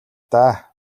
даа